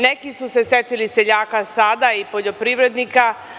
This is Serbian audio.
Neki su se setili seljaka sada, i poljoprivrednika.